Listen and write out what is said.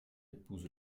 épouse